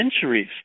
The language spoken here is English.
centuries